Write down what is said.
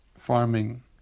farming